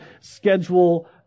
schedule